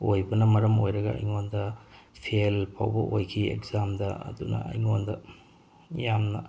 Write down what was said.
ꯑꯣꯏꯕꯅ ꯃꯔꯝ ꯑꯣꯏꯔꯒ ꯑꯩꯉꯣꯟꯗ ꯐꯦꯜ ꯐꯥꯎꯕ ꯑꯣꯏꯈꯤ ꯑꯦꯛꯖꯥꯝꯗ ꯑꯗꯨꯅ ꯑꯩꯉꯣꯟꯗ ꯌꯥꯝꯅ